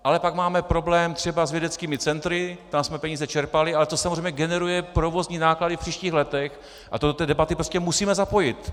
Ale pak máme problém třeba s vědeckými centry, tam jsme peníze čerpali, ale to samozřejmě generuje provozní náklady v příštích letech a to do té debaty prostě musíme zapojit.